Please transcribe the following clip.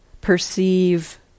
perceive